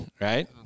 right